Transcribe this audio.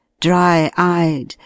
dry-eyed